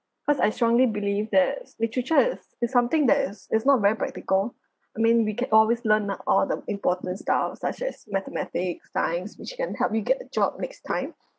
cause I strongly believe that's literature is is something that is is not very practical I mean we can always learn na~ all the important stuff such as mathematics science which it can help me get a job next time